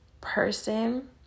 person